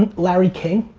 larry king.